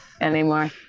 anymore